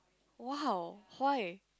!wow! why